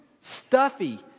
stuffy